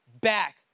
back